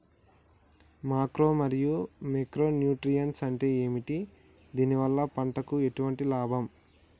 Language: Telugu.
మాక్రో మరియు మైక్రో న్యూట్రియన్స్ అంటే ఏమిటి? దీనివల్ల పంటకు ఎటువంటి లాభం?